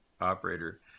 operator